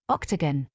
Octagon